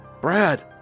Brad